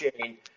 chain